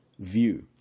view